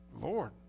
Lord